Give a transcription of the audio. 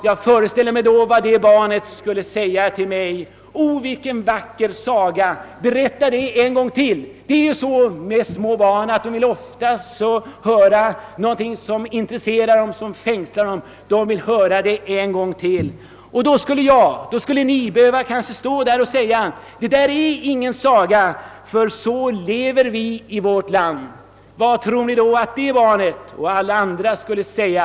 Jag föreställer mig då att detta barn skulle säga till mig: Vilken vacker saga! Berätta den en gång till! Små barn brukar ju oftast vilja höra sådant som intresserar och fängslar dem upprepas flera gånger. Jag skulle då vara tvungen att säga att det inte är någon saga, utan att vi lever så i vårt land. Vad tror ni då att barnet och alla andra skulle säga?